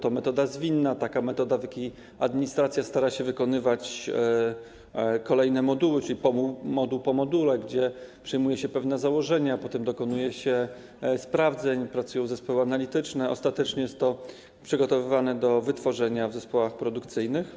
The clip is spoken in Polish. To metoda zwinna, taka metoda, przy pomocy której administracja stara się wykonywać kolejne moduły, czyli moduł po module, gdzie przyjmuje się pewne założenia, potem dokonuje się sprawdzeń, pracują zespoły analityczne, ostatecznie jest to przygotowywane do wytworzenia w zespołach produkcyjnych.